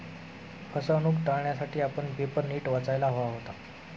फसवणूक टाळण्यासाठी आपण पेपर नीट वाचायला हवा होता